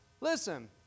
listen